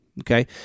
okay